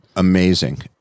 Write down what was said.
Amazing